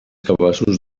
cabassos